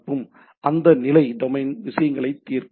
இது அடுத்த நிலை விஷயங்களை தீர்க்கும்